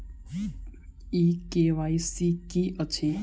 ई KYC की अछि?